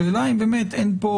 השאלה אם אין פה